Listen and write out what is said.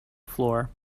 floor